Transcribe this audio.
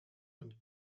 and